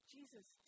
Jesus